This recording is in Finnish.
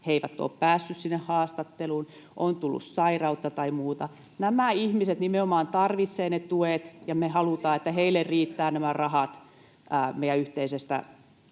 he eivät ole päässeet haastatteluun, on tullut sairautta tai muuta. Nämä ihmiset nimenomaan tarvitsevat ne tuet, [Li Andersson: Te leikkaatte heiltä